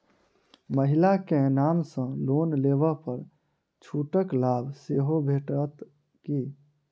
महिला केँ नाम सँ लोन लेबऽ पर छुटक लाभ सेहो भेटत की?